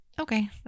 okay